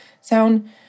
sound